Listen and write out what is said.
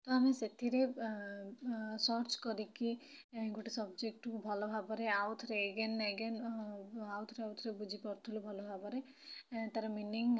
ତ ଆମେ ସେଥିରେ ସର୍ଚ କରିକି ଏଁ ଗୋଟେ ସବଜେକ୍ଟ୍ କୁ ଭଲ ଭାବରେ ଆଉଥରେ ଏଗେନ୍ ଏଗେନ୍ ଆଉଥରେ ଆଉଥରେ ବୁଝିପାରୁଥିଲୁ ଭଲ ଭାବରେ ଏଁ ତା'ର ମିନିଙ୍ଗ୍